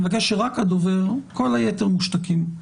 אני מבקשת שרק הדובר, כל היתר מושתקים,